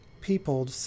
people